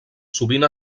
sovint